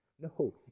no